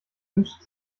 wünscht